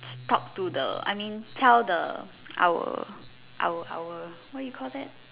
talk to the I mean tell the our our what you call that